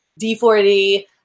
D4D